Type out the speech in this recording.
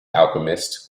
alchemist